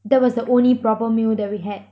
that was the only proper meal that we had